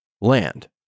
Land